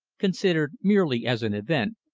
considered merely as an event,